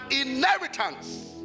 inheritance